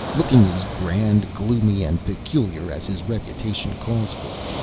looking as grand, gloomy and peculiar as his reputation calls for,